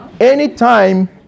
Anytime